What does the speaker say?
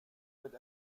mit